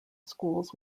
schools